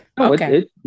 okay